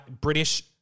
British